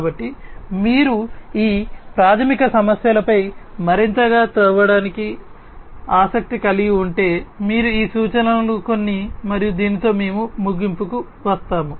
కాబట్టి మీరు ఈ ప్రాథమిక సమస్యలపై మరింతగా త్రవ్వటానికి ఆసక్తి కలిగి ఉంటే మీరు ఈ సూచనలు కొన్ని మరియు దీనితో మేము ముగింపుకు వస్తాము